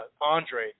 Andre